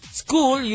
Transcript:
school